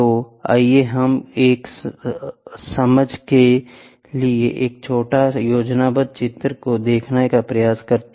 तो आइए हम एक समझ के लिए एक छोटे योजनाबद्ध चित्र को देखने प्रयास करें